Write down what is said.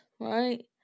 Right